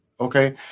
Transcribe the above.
Okay